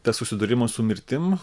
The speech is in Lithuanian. tas susidūrimas su mirtim